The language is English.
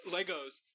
Legos